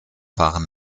waren